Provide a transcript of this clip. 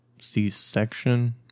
C-section